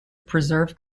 preserve